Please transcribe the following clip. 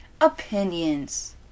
opinions